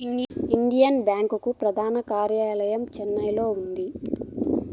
Indian bank ప్రధాన కార్యాలయం చెన్నైలో ఉంది